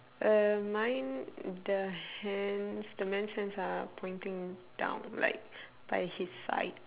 uh mine the hands the man's hands are pointing down like by his side